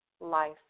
life